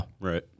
right